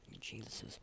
Jesus